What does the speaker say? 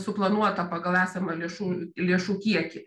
suplanuota pagal esamą lėšų lėšų kiekį